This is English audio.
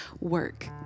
work